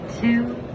two